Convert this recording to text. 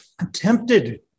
attempted